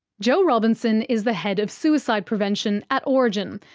jo robinson is the head of suicide prevention at orygen,